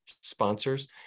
sponsors